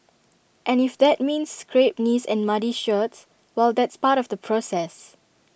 and if that means scraped knees and muddy shirts well that's part of the process